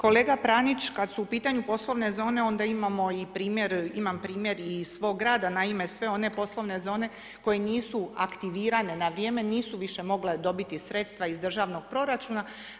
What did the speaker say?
Kolega Pranić, kad su u pitanju poslovne zone, onda imamo i primjer, imam primjer i iz svog grada, naime, sve one poslovne zone koje nisu aktivirane na vrijeme nisu više mogle dobiti sredstva iz državnog proračuna.